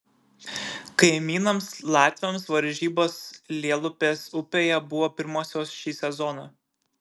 kaimynams latviams varžybos lielupės upėje buvo pirmosios šį sezoną